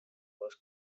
was